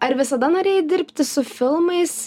ar visada norėjai dirbti su filmais